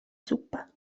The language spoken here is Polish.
zupa